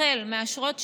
החל מאשרות שהייה,